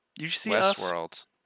Westworld